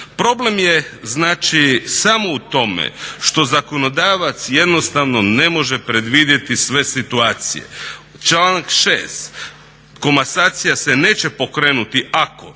Problem je samo u tome što zakonodavac jednostavno ne može predvidjeti sve situacije. Članak 6. Komasacija se neće pokrenuti ako